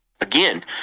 again